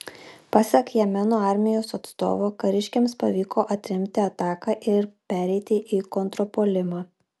pasak jemeno armijos atstovo kariškiams pavyko atremti ataką ir pereiti į kontrpuolimą